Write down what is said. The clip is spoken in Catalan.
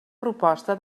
proposta